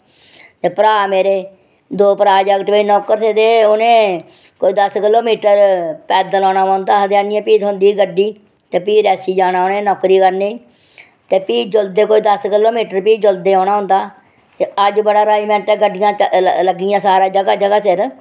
ते भ्राऽ मेरे भ्राऽ मेरे दौ जगट बिच नौकर हे ते उ'नें कोई दस्स किलोमीटर पैदल औना पौंदा हा ते भी थ्होंदी ही गड्डी ते भी रियासी जाना उ'नें नौकरी करने गी ते भी जुल्लदे कोई दस्स किलोमीटर जुल्लदे औना होंदा ते अज्ज बड़ा अरेंजमैंट ऐ गड्डियां लग्गी दियां सारे जगह जगह सिर